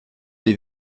les